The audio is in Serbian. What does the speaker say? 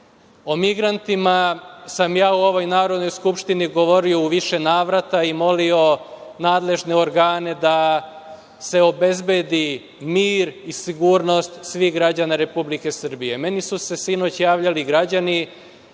O migrantima sam ja u ovoj Narodnoj skupštini govorio u više navrata i molio nadležne organe da se obezbedi mir i sigurnost svih građana Republike Srbije. Meni su se sinoć javljali građani